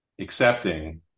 accepting